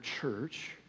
church